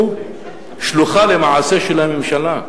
הוא שלוחה למעשה של הממשלה,